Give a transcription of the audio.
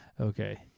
Okay